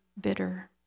bitter